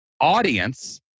audience